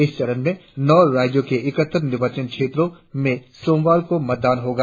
इस चरण में नौ राज्यों के इकहत्तर निर्वाचन क्षेत्रों में सोमवार को मतदान होगा